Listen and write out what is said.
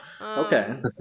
okay